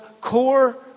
core